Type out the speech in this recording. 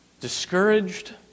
discouraged